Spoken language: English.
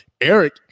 Eric